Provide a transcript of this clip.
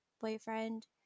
boyfriend